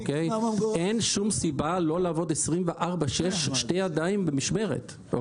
אין שום סיבה לא לעבוד 24/6 בשתי ידיים במשמרת.